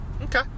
Okay